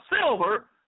silver